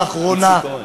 לאחרונה,